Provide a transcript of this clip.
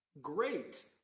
great